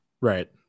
right